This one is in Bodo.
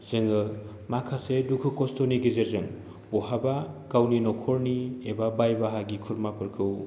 जोङो माखासे दुखु खस्थ'नि गेजेरजों बहाबा गावनि नख'रनि एबा बाय बाहागि खुरमाफोरखौ